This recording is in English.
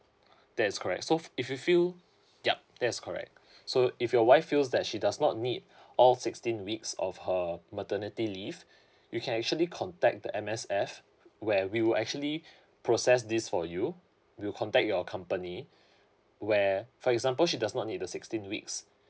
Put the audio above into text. that is correct so if you feel yup that is correct so if your wife feels that she does not need all sixteen weeks of her maternity leave you can actually contact the M_S_F where we will actually process this for you we'll contact your company where for example she does not need the sixteen weeks